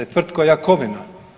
Tvrko Jakovina.